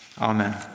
Amen